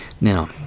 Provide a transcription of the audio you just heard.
Now